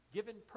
Given